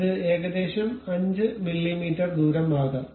ഇത് ഏകദേശം 5 മില്ലിമീറ്റർ ദൂരം ആകാം